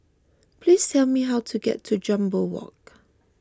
please tell me how to get to Jambol Walk